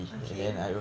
okay